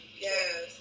Yes